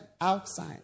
outside